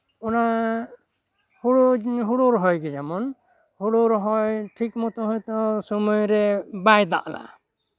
ᱚᱱᱟ ᱦᱳᱲᱳ ᱦᱳᱲᱳ ᱨᱚᱦᱚᱭ ᱜᱮ ᱡᱮᱢᱚᱱ ᱦᱳᱲᱳ ᱨᱚᱦᱚᱭ ᱴᱷᱤᱠ ᱢᱚᱛᱳ ᱦᱚᱭᱛᱳ ᱥᱚᱢᱚᱭᱨᱮ ᱵᱟᱭ ᱫᱟᱜ ᱞᱟᱜᱼᱟ